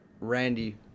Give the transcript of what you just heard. Randy